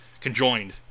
Conjoined